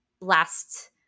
last